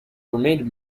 remained